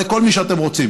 לכל מי שאתם רוצים,